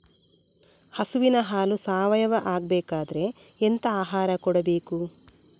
ಹಸುವಿನ ಹಾಲು ಸಾವಯಾವ ಆಗ್ಬೇಕಾದ್ರೆ ಎಂತ ಆಹಾರ ಕೊಡಬೇಕು?